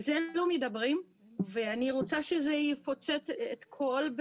על זה לא מדברים ואני רוצה שזה יפוצץ מבפנים